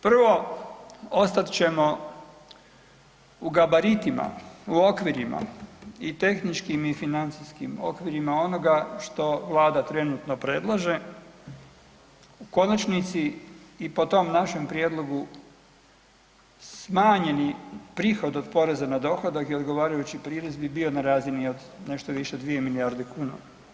Prvo, ostat ćemo u gabaritima, u okvirima i tehničkim i financijskim okvirima onoga što Vlada trenutno predlaže, u konačnici i po tom našem prijedlogu smanjeni prihod od poreza na dohodak i odgovarajući prirez bi bio na razini od nešto više od 2 milijarde kuna.